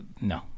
No